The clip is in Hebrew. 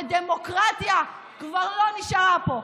ודמוקרטיה כבר לא נשארה פה.